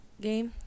game